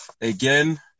again